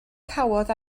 cawod